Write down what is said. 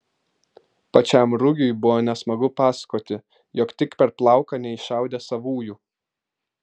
pačiam rugiui buvo nesmagu pasakoti jog tik per plauką neiššaudė savųjų